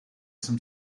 some